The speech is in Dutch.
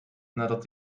nadat